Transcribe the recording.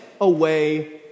away